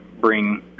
bring